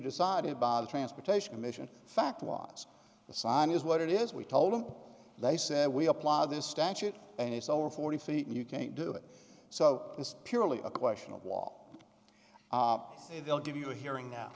decided by the transportation commission fact was the sign is what it is we told them they said we apply this statute and it's over forty feet and you can't do it so it's purely a question of wall we'll give you a hearing now